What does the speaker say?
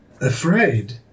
Afraid